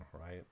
right